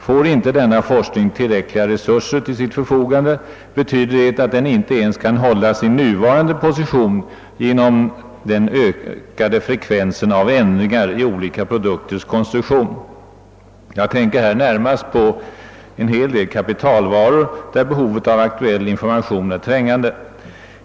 Får inte denna forskning tillräckliga resurser till sitt förfogande, betyder det att den inte ens kan hålla sin nuvarande position genom den ökade frekvensen av ändringar i olika produkters konstruktion — jag tänker här närmast på en hel del kapitalvaror, där behovet av aktuell information är trängande.